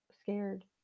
scared